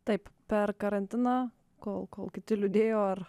taip per karantiną kol kol kiti liūdėjo ar